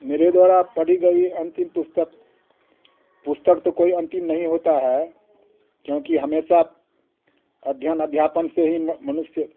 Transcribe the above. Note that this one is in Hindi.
मेरे द्वारा पढ़ी गई अंतिम पुस्तक पुस्तक तो कोई अंतिम नहीं होता है क्योंकि हमेशा अध्यन अध्यापन से ही मनुष्य